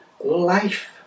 life